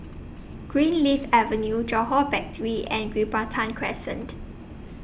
Greenleaf Avenue Johore Battery and Gibraltar Crescent